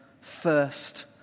first